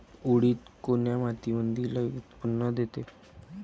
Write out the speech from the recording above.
उडीद कोन्या मातीमंदी लई उत्पन्न देते?